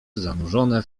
zanurzone